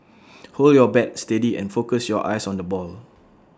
hold your bat steady and focus your eyes on the ball